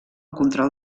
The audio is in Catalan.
control